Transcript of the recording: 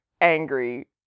angry